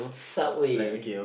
subway